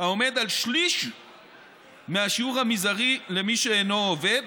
העומד על שליש מהשיעור המזערי למי שאינו עובד,